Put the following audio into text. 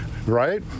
right